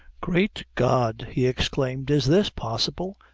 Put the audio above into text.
great god! he exclaimed, is this possible!